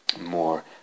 more